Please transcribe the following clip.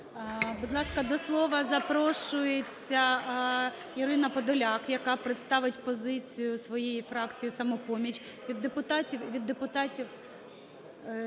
Будь ласка, до слова запрошується Ірина Подоляк, яка представить позицію своєї фракції "Самопоміч". Від депутатів,